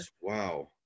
Wow